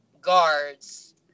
guards